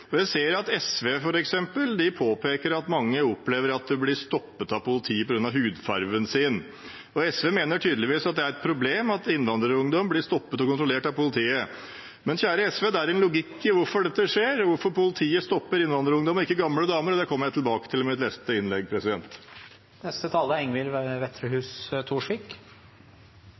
Jeg ser f.eks. at SV påpeker at mange opplever at de blir stoppet av politiet på grunn av hudfargen sin. SV mener tydeligvis at det er et problem at innvandrerungdom blir stoppet og kontrollert av politiet. Men kjære SV – det er en logikk i hvorfor dette skjer, hvorfor politiet stopper innvandrerungdommer og ikke gamle damer, og det kommer jeg tilbake til i mitt neste innlegg.